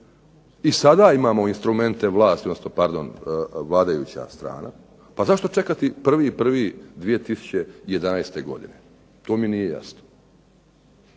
odnosno pardon, vladajuća strana pa zašto čekati 01.01.2011. godine? To mi nije jasno.